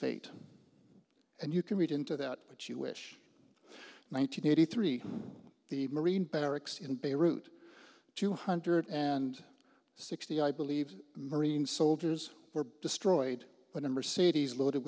fate and you can read into that what you wish one nine hundred eighty three the marine barracks in beirut two hundred and sixty i believe marine soldiers were destroyed a number cities loaded